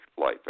life